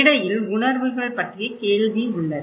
இடையில் உணர்வுகள் பற்றிய கேள்வி உள்ளது